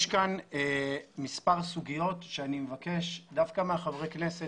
יש כאן מספר סוגיות שאני מבקש דווקא מחברי הכנסת,